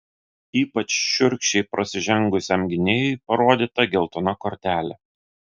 ypač šiurkščiai prasižengusiam gynėjui parodyta geltona kortelė